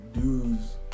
dudes